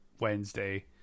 Wednesday